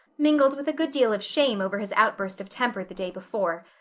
mingled with a good deal of shame over his outburst of temper the day before.